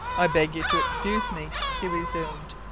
i beg you to excuse me, he resumed,